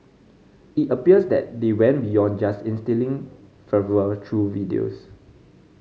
it appears that they went beyond just instilling fervour through videos